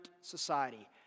society